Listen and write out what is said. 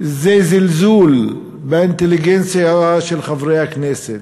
זה זלזול באינטליגנציה של חברי הכנסת,